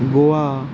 Goa